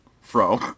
Fro